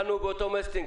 אכלנו מאותו מסטינג,